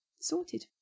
sorted